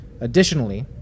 Additionally